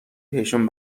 بهشون